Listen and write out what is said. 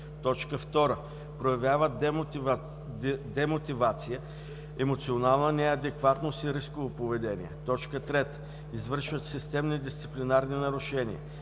2. проявяват демотивация, емоционална неадекватност и рисково поведение; 3. извършват системни дисциплинарни нарушения.